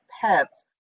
Pets